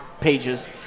pages